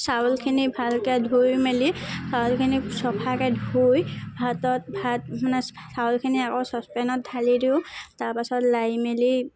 চাউলখিনি ভালকৈ ধুই মেলি চাউলখিনি চফাকৈ ধুই ভাতত ভাত মানে চাউলখিনি আগত চ'চপেনত ঢালি দিওঁ তাৰপিছত লাৰি মেলি